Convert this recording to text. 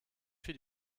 für